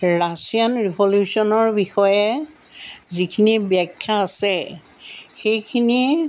Russian ৰিভলিউশ্যনৰ বিষয়ে যিখিনি ব্যাখ্যা আছে সেইখিনিয়ে